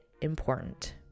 important